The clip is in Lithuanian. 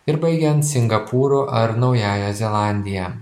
ir baigiant singapūru ar naująja zelandija